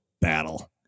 battle